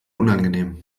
unangenehm